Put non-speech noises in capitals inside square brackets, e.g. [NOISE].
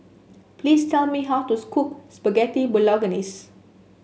please tell me how to [UNINTELLIGIBLE] cook Spaghetti Bolognese